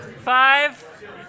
five